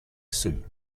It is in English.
sue